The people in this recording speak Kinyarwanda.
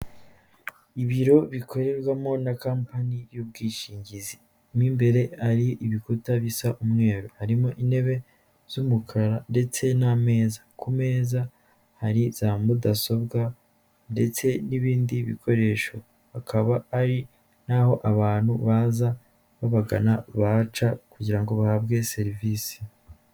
Ibiro bikorerwamo na kampani y'ubwishingizi, mo imbere hari ibikuta bisa umweru, harimo intebe z'umukara ndetse n'ameza, ku meza hari za mudasobwa ndetse n'ibindi bikoresho, hakaba hari naho abantu baza babagana baca kugira ngo bahabwe serivisi.